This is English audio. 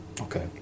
Okay